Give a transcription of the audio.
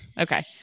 okay